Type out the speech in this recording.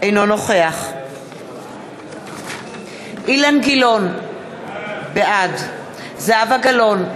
אינו נוכח אילן גילאון, בעד זהבה גלאון,